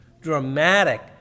dramatic